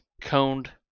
coned